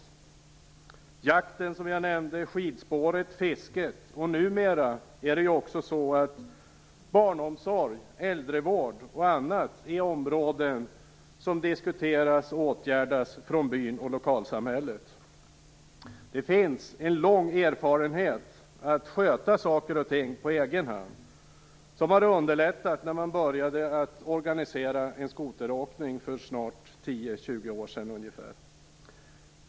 Det gäller jakten, som jag nämnde, skidspåret och fisket. Numera är också t.ex. barnomsorg och äldrevård områden som diskuteras och åtgärdas från byn och lokalsamhället. Det finns en lång erfarenhet av att sköta saker och ting på egen hand, vilket underlättade när man började organisera skoteråkningen för 10-20 år sedan.